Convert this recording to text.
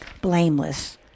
Blameless